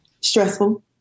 Stressful